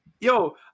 Yo